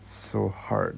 so hard